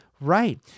right